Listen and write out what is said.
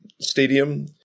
stadium